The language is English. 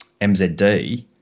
MZD